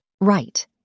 Right